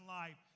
life